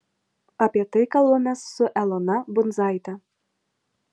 apie tai kalbamės su elona bundzaite